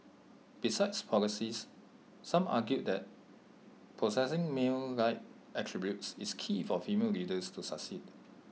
besides policies some argue that possessing male like attributes is key for female leaders to succeed